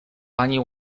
panie